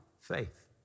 faith